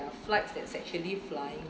flights that's actually flying